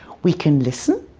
we can listen,